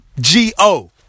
G-O